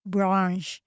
Branch